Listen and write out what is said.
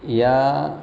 या